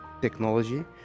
technology